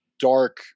dark